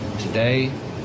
today